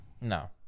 No